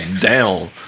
down